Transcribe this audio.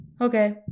Okay